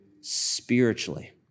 spiritually